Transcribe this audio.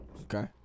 Okay